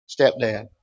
stepdad